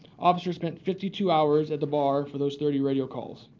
officers spent fifty two hours at the bar for those thirty radio calls.